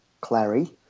clary